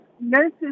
nurses